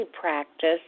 practice